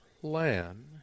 plan